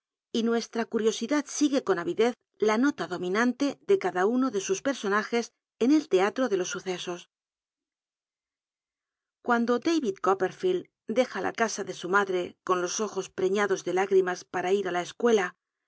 y nuestra curiosidad sigue con aridez la nola dominante de cada uno de sus personajes en el teatro e le los sucesos cuando da'id copperfielcl de ia la casa de su madre con los ojos preñados ele lúgrimas para ir á la escuela